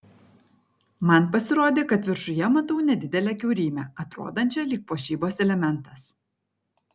man pasirodė kad viršuje matau nedidelę kiaurymę atrodančią lyg puošybos elementas